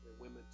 women